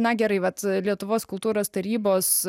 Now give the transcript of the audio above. na gerai vat lietuvos kultūros tarybos